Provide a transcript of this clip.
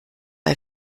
ihr